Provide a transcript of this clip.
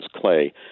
Clay